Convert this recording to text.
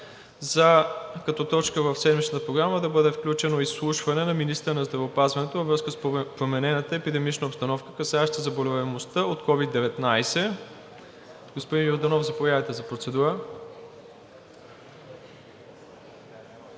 – като точка в Седмичната програма да бъде включено изслушване на министъра на здравеопазването във връзка с променената епидемична обстановка, касаеща заболеваемостта от COVID-19. Господин Йорданов, заповядайте за процедура.